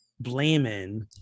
blaming